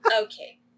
Okay